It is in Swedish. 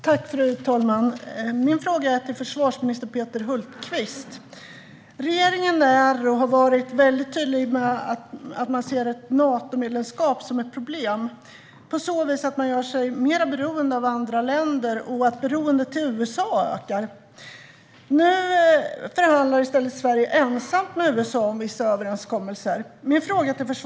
Fru talman! Min fråga går till försvarsminister Peter Hultqvist. Regeringen är och har varit tydlig med att man ser ett Natomedlemskap som problematiskt eftersom Sverige då gör sig mer beroende av andra länder och beroendet till USA ökar. Nu förhandlar Sverige i stället ensamt med USA om vissa överenskommelser.